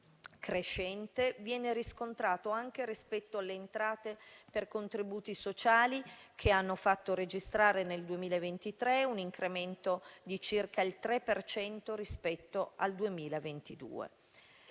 crescente viene riscontrato anche rispetto alle entrate per contributi sociali, che hanno fatto registrare nel 2023 un incremento di circa il 3 per cento rispetto al 2022.